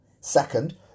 Second